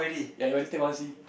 ya you all later wanna see